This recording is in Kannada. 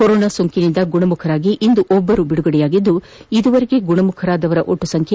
ಕೊರೋನಾ ಸೋಂಕಿನಿಂದ ಗುಣಮುಖರಾಗಿ ಇಂದು ಒಬ್ಬರು ಬಿಡುಗಡೆಯಾಗದ್ದು ಇದುವರೆಗೆ ಗುಣಮುಖರಾದವರ ಒಟ್ಟು ಸಂಖ್ಯೆ